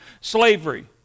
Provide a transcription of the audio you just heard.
slavery